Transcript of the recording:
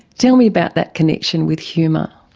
tell me about that connection with humour.